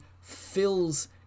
fills